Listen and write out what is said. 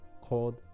called